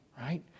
right